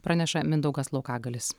praneša mindaugas laukagalis